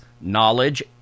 knowledge